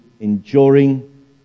enduring